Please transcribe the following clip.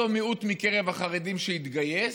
אותו מיעוט בקרב החרדים שיתגייס,